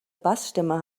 bassstimme